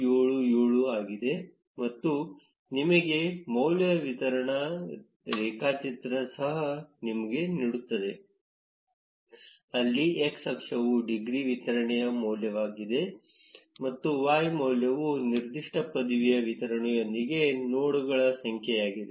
577 ಆಗಿದೆ ಮತ್ತು ನಿಮಗೆ ಮೌಲ್ಯ ವಿತರಣಾ ರೇಖಾಚಿತ್ರ ಅನ್ನು ಸಹ ನೀಡುತ್ತದೆ ಅಲ್ಲಿ x ಅಕ್ಷವು ಡಿಗ್ರಿ ವಿತರಣೆಯ ಮೌಲ್ಯವಾಗಿದೆ ಮತ್ತು y ಮೌಲ್ಯವು ನಿರ್ದಿಷ್ಟ ಪದವಿ ವಿತರಣೆಯೊಂದಿಗೆ ನೋಡ್ಗಳ ಸಂಖ್ಯೆಯಾಗಿದೆ